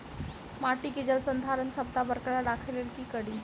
माटि केँ जलसंधारण क्षमता बरकरार राखै लेल की कड़ी?